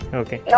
okay